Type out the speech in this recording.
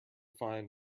fine